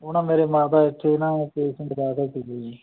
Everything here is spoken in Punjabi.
ਉਹ ਨਾ ਮੇਰੇ ਮਾਤਾ ਇੱਥੇ ਨਾ ਪੇਸੈਂਟ ਦਾਖ਼ਲ ਸੀਗੇ ਜੀ